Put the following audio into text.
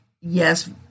yes